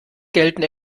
gelten